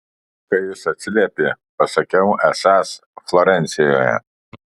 kai jis atsiliepė pasakiau esąs florencijoje